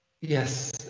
Yes